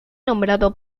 nombrado